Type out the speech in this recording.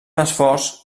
esforç